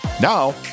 Now